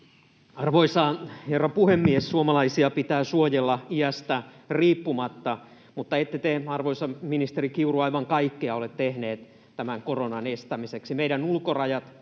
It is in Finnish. Arvoisa herra puhemies! Suomalaisia pitää suojella iästä riippumatta, mutta ette te, arvoisa ministeri Kiuru, aivan kaikkea ole tehneet koronan estämiseksi.